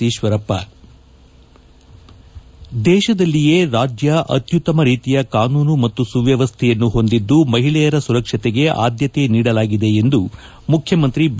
ಈಶ್ವರಪ್ಪ ದೇಶದಲ್ಲಿಯೇ ರಾಜ್ಯ ಅತ್ಯುತ್ತಮ ರೀತಿಯ ಕಾನೂನು ಮತ್ತು ಸುವ್ಯವಸ್ಥೆಯನ್ನು ಹೊಂದಿದ್ದು ಮಹಿಳೆಯರ ಸುರಕ್ಷತೆಗೆ ಆದ್ಯತೆ ನೀಡಲಾಗಿದೆ ಎಂದು ಮುಖ್ಯಮಂತ್ರಿ ಬಿ